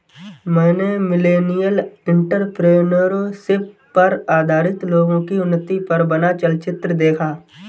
मैंने millennial entrepreneurship पर आधारित लोगो की उन्नति पर बना चलचित्र देखा